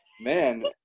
man